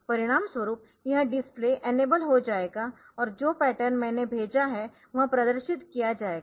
परिणामस्वरूप यह display enable हो जाएगा और जो पैटर्न मैंने भेजा है वह प्रदर्शित किया जाएगा